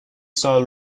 سال